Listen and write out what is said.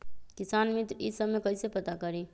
किसान मित्र ई सब मे कईसे पता करी?